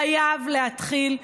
חייב להתחיל,